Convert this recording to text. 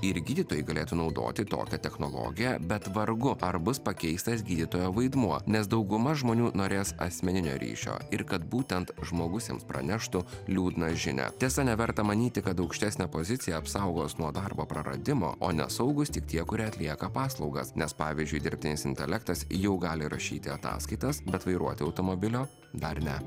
ir gydytojai galėtų naudoti tokią technologiją bet vargu ar bus pakeistas gydytojo vaidmuo nes dauguma žmonių norės asmeninio ryšio ir kad būtent žmogus jums praneštų liūdną žinią tiesa neverta manyti kad aukštesnę poziciją apsaugos nuo darbo praradimo o ne saugūs tik tie kurie atlieka paslaugas nes pavyzdžiui dirbtinis intelektas jau gali rašyti ataskaitas bet vairuoti automobilio dar ne